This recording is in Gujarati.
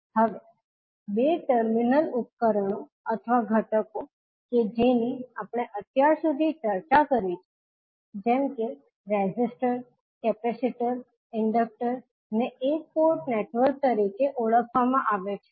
હવે બે ટર્મિનલ ઉપકરણો અથવા ઘટકો કે જેની આપણે અત્યાર સુધી ચર્ચા કરી છે જેમ કે resistor capacitor inductor resistors capacitors inductors ને એક પોર્ટ નેટવર્ક તરીકે ઓળખવામાં આવે છે